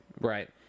Right